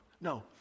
No